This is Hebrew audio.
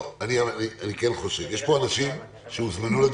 אם אין לכם על מה להתייחס ואני מבין שאתם יזמתם את